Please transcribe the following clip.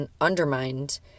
undermined